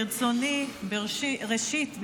ראשית,